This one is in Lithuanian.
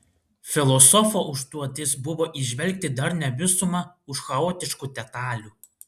filosofo užduotis buvo įžvelgti darnią visumą už chaotiškų detalių